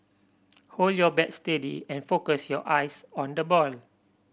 hold your bat steady and focus your eyes on the ball